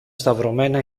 σταυρωμένα